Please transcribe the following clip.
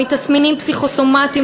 מתסמינים פסיכוסומטיים,